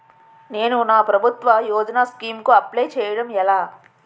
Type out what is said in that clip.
నేను నా ప్రభుత్వ యోజన స్కీం కు అప్లై చేయడం ఎలా?